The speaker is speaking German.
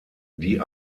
die